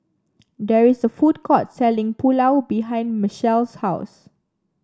there is a food court selling Pulao behind Machelle's house